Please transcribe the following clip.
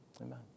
Amen